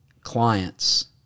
clients